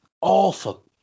Awful